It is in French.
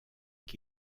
qui